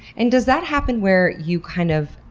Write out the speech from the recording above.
and does that happen where you, kind of,